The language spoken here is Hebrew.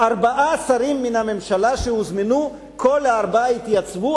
כל ארבעת השרים מהממשלה שהוזמנו התייצבו,